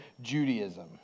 Judaism